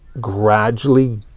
gradually